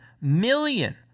million